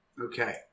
Okay